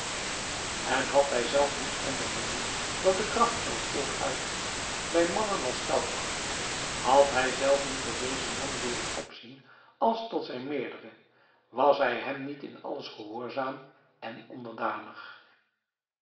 en had hij zelf niet ondervonden dat de kracht van het volk uitging bij mannen als stauffacher had hij zelf niet tot dezen man leeren opzien als tot zijn meerdere was hij hem niet in alles gehoorzaam en onderdanig